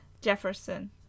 jefferson